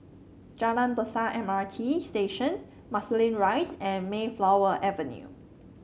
Jalan Besar M R T Station Marsiling Rise and Mayflower Avenue